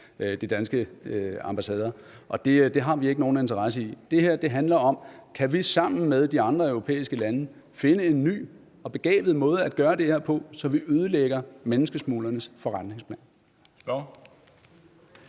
og de danske ambassader rundtomkring, og det har vi ikke nogen interesse i. Det her handler om, om vi sammen med de andre europæiske lande kan finde en ny og begavet måde at gøre det her på, så vi ødelægger menneskesmuglernes forretninger.